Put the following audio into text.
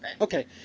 Okay